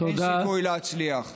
אין סיכוי להצליח.